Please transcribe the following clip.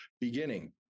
beginning